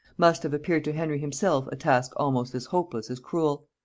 must have appeared to henry himself a task almost as hopeless as cruel.